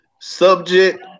subject